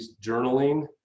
journaling